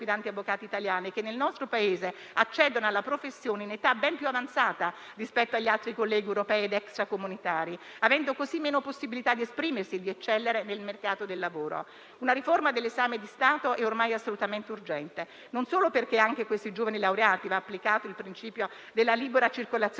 avvocati italiani, che nel nostro Paese accedono alla professione in età ben più avanzata rispetto agli altri colleghi europei ed extracomunitari, avendo così meno possibilità di esprimersi e di eccellere nel mercato del lavoro. Una riforma dell'esame di Stato è ormai assolutamente urgente, non solo perché anche a questi giovani laureati deve essere applicato il principio della libera circolazione